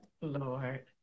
lord